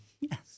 Yes